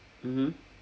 mmhmm